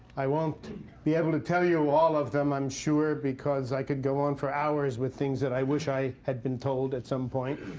i won't be able to tell you all of them, i'm sure, because i could go on for hours with things that i wish i had been told at some point.